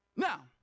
Now